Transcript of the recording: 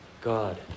God